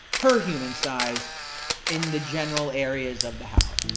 her human-sized, in the general areas of the house.